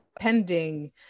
pending